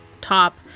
top